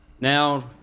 Now